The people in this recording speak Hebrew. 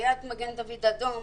היה את "מגן דוד אדום",